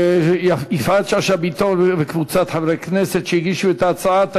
יפעת שאשא ביטון וקבוצת חברי הכנסת שהגישו את ההצעה.